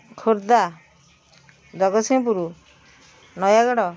Khordha Jagatsinghpur Nayagarh